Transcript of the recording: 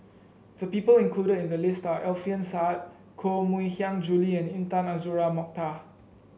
the people included in the list are Alfian Sa'at Koh Mui Hiang Julie and Intan Azura Mokhtar